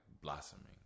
blossoming